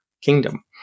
kingdom